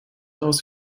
aus